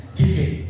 giving